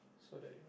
so that